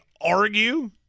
argue